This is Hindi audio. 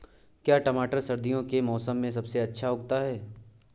क्या टमाटर सर्दियों के मौसम में सबसे अच्छा उगता है?